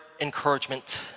encouragement